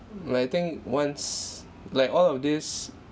but I think once like all of this